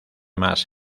más